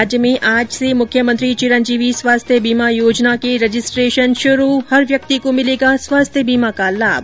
राज्य में आज से मुख्यमंत्री चिरंजीवी स्वास्थ्य बीमा योजना के रजिस्ट्रेशन शुरू हर व्यक्ति को भिलेगा स्वास्थ्य बीमा का लाभ